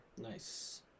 Nice